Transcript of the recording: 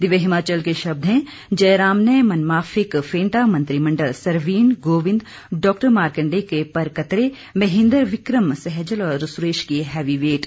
दिव्य हिमाचल के शब्द हैं जयराम ने मनमाफिक फेंटा मंत्रिमंडल सरवीण गोबिंद डॉ मारकंडेय के पर कतरे महेन्द्र बिक्रम सहजल और सुरेश किए हैवी वेट